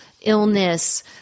illness